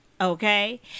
Okay